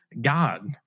God